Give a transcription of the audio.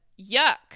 yuck